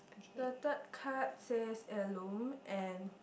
the third card says heirloom and